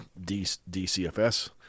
DCFS